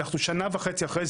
אנחנו שנה וחצי אחרי,